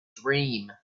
dream